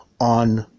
on